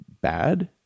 bad